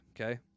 okay